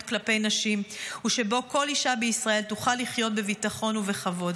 כלפי נשים ושבו כל אישה בישראל תוכל לחיות בביטחון ובכבוד.